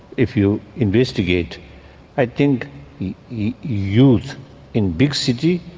if you investigate i think youth in big cities,